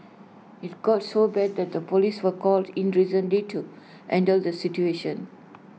IT got so bad that the Police were called in recently to handle the situation